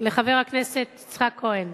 לחבר הכנסת יצחק כהן,